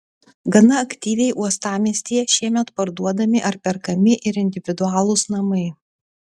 gana aktyviai uostamiestyje šiemet parduodami ar perkami ir individualūs namai